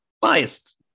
biased